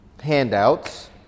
handouts